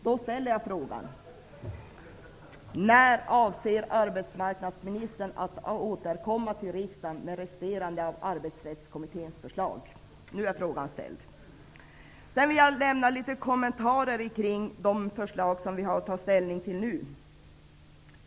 Då ställer jag frågan: När avser arbetsmarknadsministern att återkomma till riksdagen med det som resterar av Arbetsrättskommitténs förslag? Nu är frågan ställd. Sedan vill jag kommentera de förslag som vi har att ta ställning till nu.